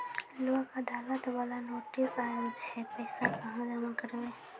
लोक अदालत बाला नोटिस आयल छै पैसा कहां जमा करबऽ?